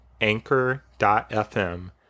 anchor.fm